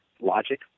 logic